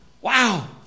Wow